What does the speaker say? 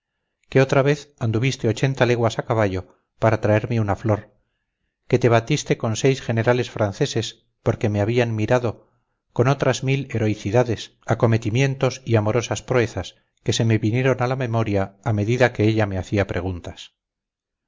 que otra vez anduviste ochenta leguas a caballo para traerme una flor que te batiste con seis generales franceses porque me habían mirado con otras mil heroicidades acometimientos y amorosas proezas que se me vinieron a la memoria a medida que ella me hacía preguntas